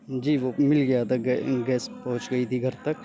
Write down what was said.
جی وہ مل گیا تھا گیس پہنچ گئی تھی گھر تک